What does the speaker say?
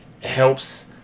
helps